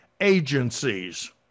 agencies